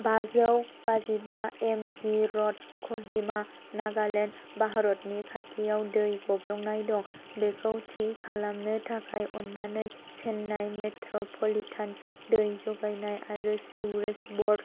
बाजौ बाजिबा MG road Kohima Nagaland भारतनि खाथियाव दै गब्लंनाय दं बेखौ थि खालामनो थाखाय अन्नानै चेन्नाय मेट्र'पलिटान दै जगायनाय आरो सिरेस बर्ड